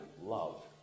love